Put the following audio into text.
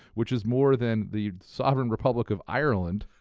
which is more than the sovereign republic of ireland,